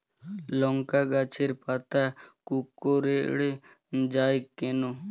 লংকা গাছের পাতা কুকড়ে যায় কেনো?